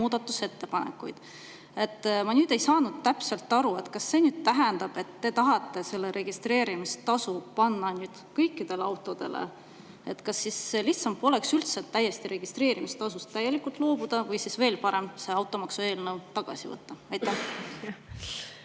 muudatusettepanekuid. Ma ei saanud täpselt aru, kas see tähendab, et te tahate registreerimistasu panna kõikidele autodele. Aga kas lihtsam poleks registreerimistasust täielikult loobuda või siis veel parem, see automaksu eelnõu tagasi võtta? Aitäh!